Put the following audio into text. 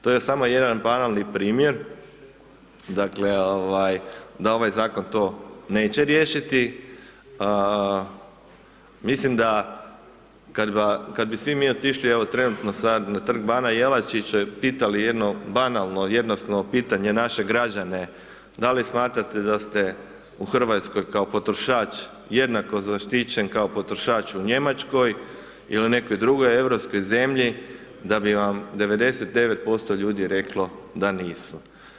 To je samo jedan banalni primjer, dakle ovaj da ovaj zakon to neće riješiti, mislim da kad bi svi mi otišli evo trenutno sad na Trg bana Jelačića pitali jedno banalno jednostavno pitanje naše građane, da li smatrate da ste u Hrvatskoj kao potrošač jednako zaštićen kao potrošač u Njemačkoj ili nekoj drugoj europskoj zemlji, da bi vam 99% ljudi reklo da nisu.